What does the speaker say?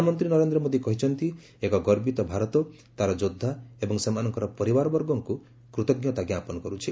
ପ୍ରଧାନମନ୍ତ୍ରୀ ନରେନ୍ଦ୍ର ମୋଦି କହିଛନ୍ତି ଏକ ଗର୍ବିତ ଭାରତ ତା'ର ଯୋଦ୍ଧା ଏବଂ ସେମାନଙ୍କର ପରିବାରବର୍ଗଙ୍କୁ କୃତ୍କତା ଜ୍ଞାପନ କରୁଛି